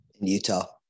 Utah